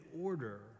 order